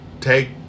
take